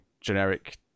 generic